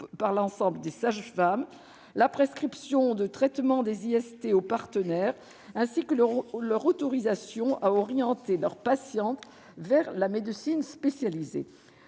par l'ensemble des sages-femmes, la prescription de traitements des IST aux partenaires, ainsi que leur autorisation à orienter leurs patientes vers la médecine spécialisée.